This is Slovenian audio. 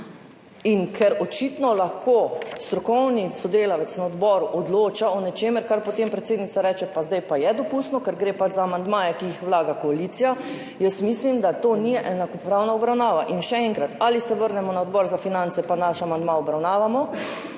In ker očitno lahko strokovni sodelavec na odboru odloča o nečem, o čemer potem predsednica reče, zdaj pa je dopustno, ker gre pač za amandmaje, ki jih vlaga koalicija, mislim, da to ni enakopravna obravnava. Še enkrat, ali se vrnemo na Odbor za finance pa naš amandma obravnavamo